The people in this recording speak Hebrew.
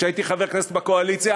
כשהייתי חבר כנסת בקואליציה,